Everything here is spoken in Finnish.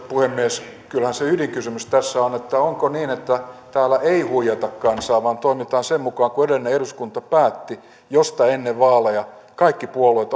puhemies kyllähän se ydinkysymys tässä on se että onko niin että täällä ei huijata kansaa vaan toimitaan sen mukaan kuin edellinen eduskunta päätti josta ennen vaaleja kaikki puolueet